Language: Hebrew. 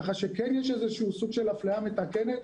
ככה שכן יש איזשהו סוג של הפליה מתקנת.